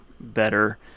better